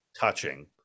touching